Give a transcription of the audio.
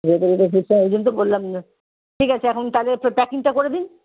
তা ওই জন্যই তো বললাম ঠিক আছে এখন তাহলে প্যাকিংটা করে দিন